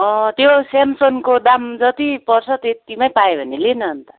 त्यो स्यामसङ्गको दाम जति पर्छ त्यत्तिमै पायो भने ले न अन्त